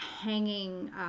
hanging